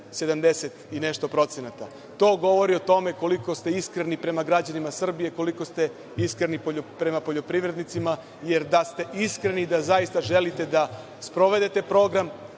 4,7% i nešto procenata. To govori o tome koliko ste iskreni prema građanima Srbije, koliko ste iskreni prema poljoprivrednicima, jer da ste iskreni i da zaista želite da sprovedete program,